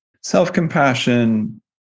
self-compassion